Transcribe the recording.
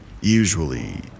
Usually